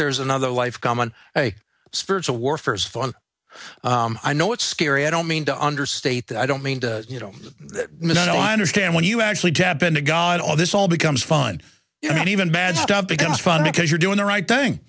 there's another life common spiritual warfare is fun i know it's scary i don't mean to understate that i don't mean to you don't mean i know i understand when you actually tap into god all this all becomes fun you know even bad stuff becomes fun because you're doing the right thing